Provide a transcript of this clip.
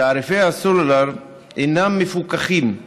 תעריפי הסלולר אינם מפוקחים,